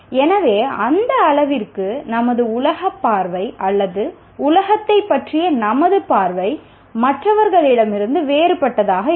எனவே அந்த அளவிற்கு நமது உலகத்தைப் பற்றிய நமது பார்வை மற்றவர்களிடமிருந்து வேறுபட்டதாக இருக்கும்